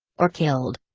or killed.